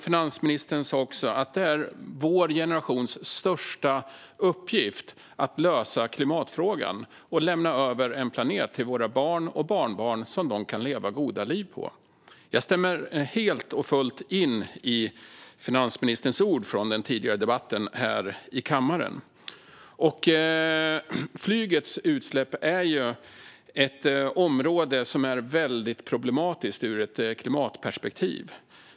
Finansministern sa också att det är vår generations största uppgift att lösa klimatfrågan och lämna över en planet till våra barn och barnbarn som de kan leva goda liv på. Jag stämmer helt och fullt in i finansministerns ord från den tidigare debatten här i kammaren. Flygets utsläpp är ju ett område som är väldigt problematiskt ur ett klimatperspektiv.